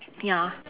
ya